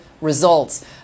results